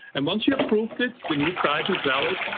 and once you approve it, the new price is valid.